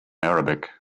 arabic